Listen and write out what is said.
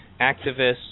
activists